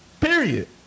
Period